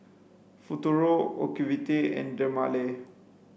Futuro Ocuvite and Dermale